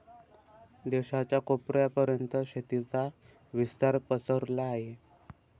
देशाच्या कोपऱ्या पर्यंत शेतीचा विस्तार पसरला आहे